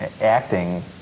acting